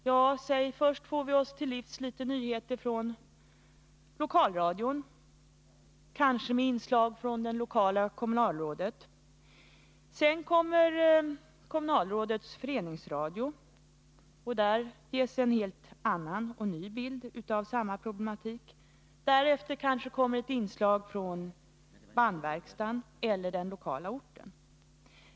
Ja, låt oss säga att vi först får oss till livs litet nyheter från lokalradion, kanske med inslag från det lokala kommunalrådet. Sedan kommer kommunalrådets föreningsradio — och där ges det en helt annan och ny bild av samma problematik. Därefter kanske det kommer inslag från bandverkstaden eller den lokala orten.